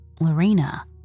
Lorena